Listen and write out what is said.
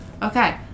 Okay